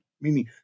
meaning